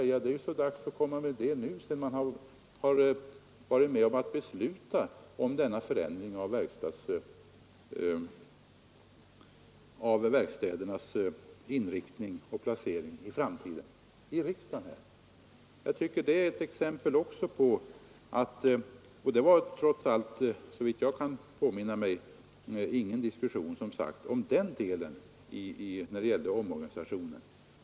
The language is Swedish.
Ja, det är så dags att komma med det nu, sedan vi i riksdagen varit med om att besluta om denna förändring av verkstädernas inriktning och placering i framtiden. Såvitt jag kan påminna mig var det ingen diskussion i den delen när vi behandlade omorganisationen.